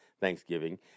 Thanksgiving